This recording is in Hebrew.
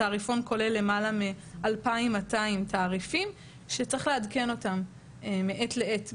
התעריפון כולל למעלה מ-2,200 תעריפים שצריך לעדכן אותם מעת לעת,